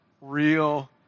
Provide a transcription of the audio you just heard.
real